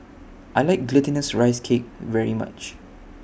I like Glutinous Rice Cake very much